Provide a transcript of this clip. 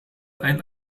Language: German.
ein